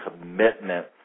commitment